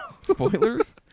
Spoilers